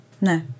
No